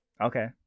Okay